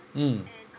mm